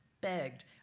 begged